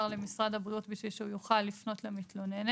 למשרד הבריאות כדי שהוא יוכל לפנות לנפגעת.